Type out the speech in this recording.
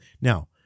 now